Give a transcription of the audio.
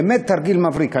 באמת תרגיל מבריק.